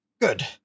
good